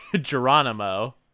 Geronimo